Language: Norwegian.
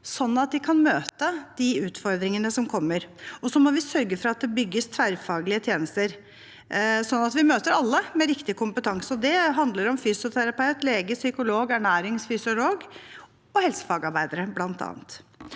sånn at de kan møte de utfordringene som kommer. Vi må sørge for at det bygges tverrfaglige tjenester, sånn at vi møter alle med riktig kompetanse. Det handler om bl.a. fysioterapeut, lege, psykolog, ernæringsfysiolog og helsefagarbeidere. Så må alle